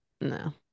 No